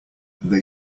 they